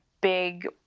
big